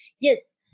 yes